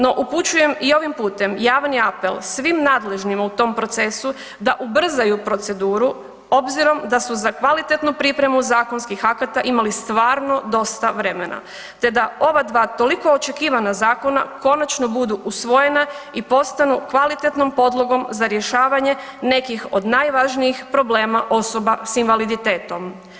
No, upućujem i ovim putem, javni apel svim nadležnim u tom procesu da ubrzaju proceduru obzirom da su za kvalitetnu pripremu zakonskih akata imali stvarno dosta vremena te da ova dva toliko očekivana zakona konačno budu usvojena i postanu kvalitetnom podlogom za rješavanje nekih od najvažnijih problema osoba s invaliditetom.